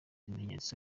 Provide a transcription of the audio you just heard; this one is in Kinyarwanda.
ibimenyetso